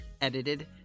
edited